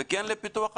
וכן לפיתוח התוכנית.